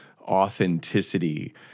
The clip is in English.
authenticity